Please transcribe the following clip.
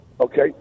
Okay